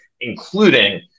including